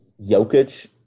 Jokic